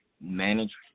manage